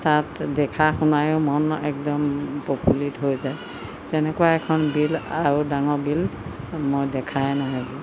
তাত দেখা শুনায়ো মন একদম প্ৰফুল্লিত হৈ যায় তেনেকুৱা এখন বিল আৰু ডাঙৰ বিল মই দেখাই নাই আৰু